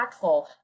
impactful